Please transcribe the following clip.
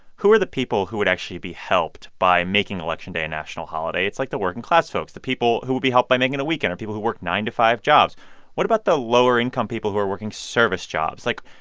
who are the people who would actually be helped by making election day a national holiday? it's like the working-class folks, the people who will be helped by making it a weekend or people who work nine-to-five jobs what about the lower-income people who are working service jobs? like,